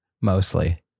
mostly